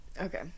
Okay